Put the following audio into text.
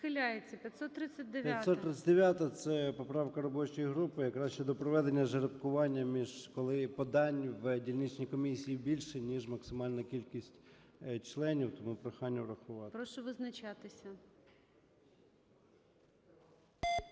539-а, це поправка робочої групи, якраз щодо проведення жеребкування між, коли подань в дільничні комісії більше, ніж максимальна кількість членів. Тому прохання врахувати. ГОЛОВУЮЧИЙ. Прошу визначатися.